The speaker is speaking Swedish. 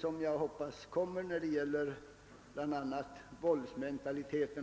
som jag hoppas vi får tillfälle att föra i anledning av en interpellation om bl.a. våldsmentaliteten.